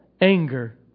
anger